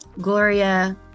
Gloria